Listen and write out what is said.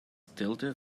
tilted